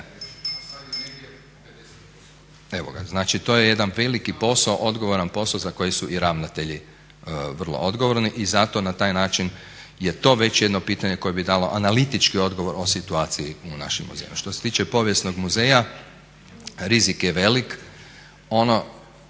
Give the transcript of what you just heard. Evo ga, znači to je jedan veliki posao, odgovoran posao za koji su i ravnatelji vrlo odgovorni i zato na taj način je to već jedno pitanje koje bi dalo analitički odgovor o situaciji u našim muzejima. Što se tiče Povijesnog muzeja rizik je velik.